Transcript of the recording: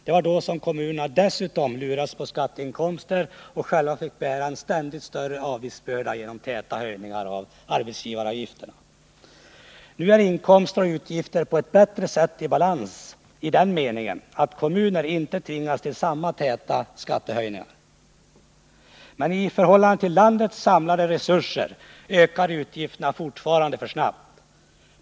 Det var då som kommunerna dessutom lurades på skatteinkomster och själva fick bära en ständigt större avgiftsbörda genom täta höjningar av arbetsgivaravgifterna. Nu är inkomster och utgifter på ett bättre sätt i balans i den meningen att kommunerna inte tvingas till samma täta skattehöjningar. Men i förhållande till landets samlade resurser ökar utgifterna fortfarande för snabbt.